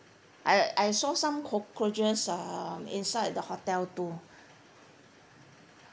I I saw some cockroaches um inside the hotel too